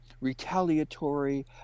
retaliatory